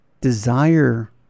Desire